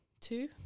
two